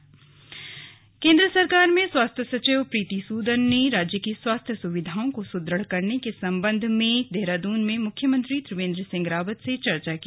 स्वास्थ्य सचिव केंद्र सरकार में स्वास्थ्य सचिव प्रीति सूदन ने राज्य की स्वास्थ्य सुविधाओं को सुद्रढ़ करने के सम्बन्ध में देहरादून में मुख्यमंत्री त्रिवेन्द्र सिंह रावत से चर्चा की